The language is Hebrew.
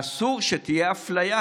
אסור שתהיה אפליה,